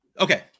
Okay